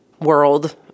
world